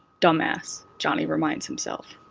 dumbass, johnny reminds himself.